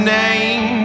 name